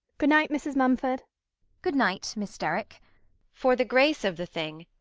good-night, mrs. mumford good-night, miss derrick for the grace of the thing,